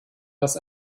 das